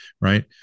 right